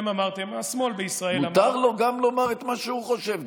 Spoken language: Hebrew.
מותר לו לומר את מה שהוא חושב,